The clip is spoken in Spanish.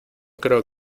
creo